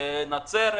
בנצרת,